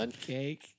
cake